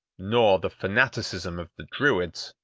nor the fanaticism of the druids,